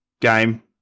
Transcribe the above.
game